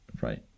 right